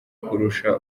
kurusha